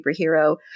superhero